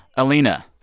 alina,